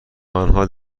آنها